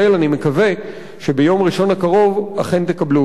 אני מקווה שביום ראשון הקרוב אכן תקבלו אותן.